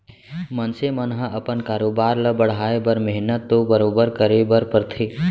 मनसे मन ह अपन कारोबार ल बढ़ाए बर मेहनत तो बरोबर करे बर परथे